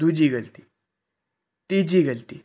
ਦੂਜੀ ਗਲਤੀ ਤੀਜੀ ਗਲਤੀ